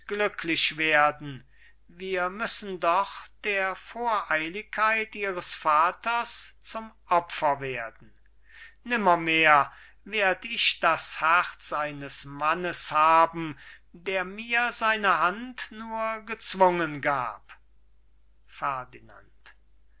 glücklich w wir müssen doch der voreiligkeit ihres vaters zum opfer werden nimmermehr werd ich das herz eines mannes haben der mir seine hand nur gezwungen gab